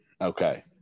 Okay